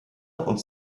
und